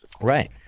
Right